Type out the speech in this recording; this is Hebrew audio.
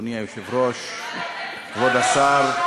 אדוני היושב-ראש, כבוד השר,